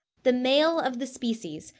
the male of the species,